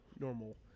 normal